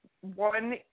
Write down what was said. One